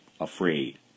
afraid